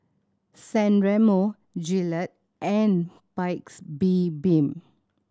San Remo Gillette and Paik's Bibim